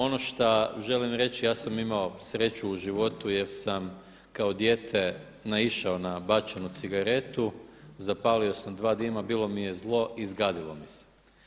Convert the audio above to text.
Ono što želim reći ja sam imao sreću u životu jer sam kao dijete naišao na bačenu cigaretu, zapalio sam dva dima, bilo mi je zlo i zgadilo mi se.